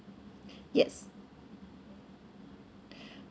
yes